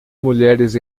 mulheres